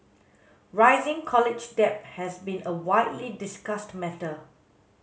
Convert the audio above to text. rising college debt has been a widely discussed matter